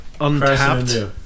Untapped